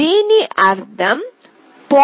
దీని అర్థం 0